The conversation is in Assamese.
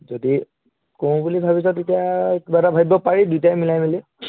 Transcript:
যদি কৰোঁ বুলি ভাবিছ তেতিয়া কিবা এটা ভাবিব পাৰি দুয়োটাই মিলাই মেলি